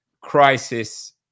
crisis